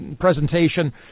Presentation